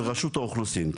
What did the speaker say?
לרשות האוכלוסין,